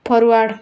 forward